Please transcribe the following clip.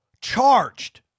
charged